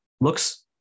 looks